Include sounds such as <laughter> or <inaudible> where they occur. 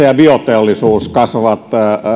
<unintelligible> ja bioteollisuus kasvavat